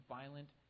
violent